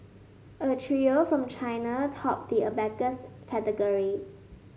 a trio from China topped the abacus category